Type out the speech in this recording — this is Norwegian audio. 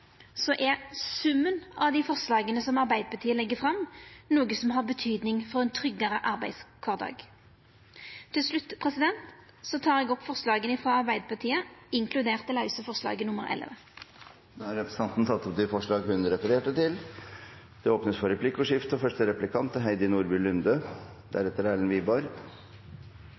Summen av dei forslaga som Arbeidarpartiet legg fram, er noko som har betyding for ein tryggare arbeidskvardag. Til slutt tek eg opp forslaga frå Arbeidarpartiet, inkludert det lause forslaget, nr. 11. Representanten Hadia Tajik har tatt opp de forslag hun refererte til. Det blir replikkordskifte.